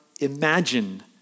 imagine